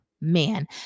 man